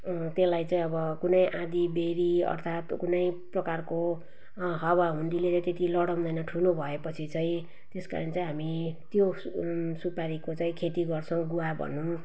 त्यसलाई चाहिँ अब कुनै आँधीबेह्री अर्थात् कुनै प्रकारको हावाहुन्डरीले त्यति लडाउँदैन ठुलो भएपछि चाहिँ त्यस कारण चाहिँ हामी त्यो सुपारीको चाहिँ खेती गर्छौँ गुवा भनौँ